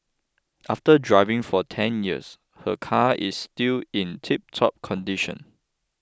after driving for ten years her car is still in tiptop condition